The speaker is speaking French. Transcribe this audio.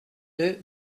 deux